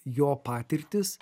jo patirtis